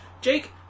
Jake